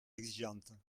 exigeantes